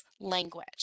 language